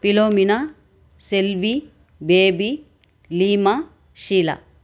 Philomena Selvi Baby Leema Sheila